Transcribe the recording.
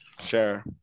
Sure